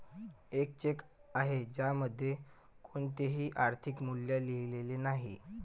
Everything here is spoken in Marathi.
एक चेक आहे ज्यामध्ये कोणतेही आर्थिक मूल्य लिहिलेले नाही